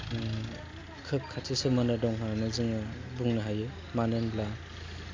खोब खाथि सोमोन्दो दं होन्नानै जोङो बुंनो हायो मानो होमब्ला